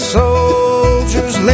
soldiers